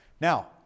Now